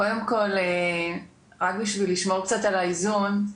קודם כל, רק בשביל לשמור קצת על האיזון,